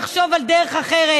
נחשוב על דרך אחרת,